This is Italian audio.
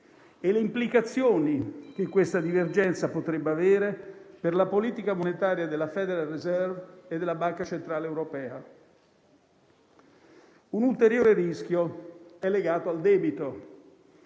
e le implicazioni che essa potrebbe avere per la politica monetaria della Federal reserve e della Banca centrale europea. Un ulteriore rischio è legato al debito.